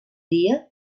dia